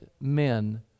men